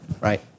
right